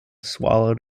swallowed